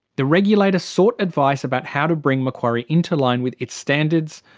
the regulator sought advice about how to bring macquarie into line with its standards,